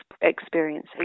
experiencing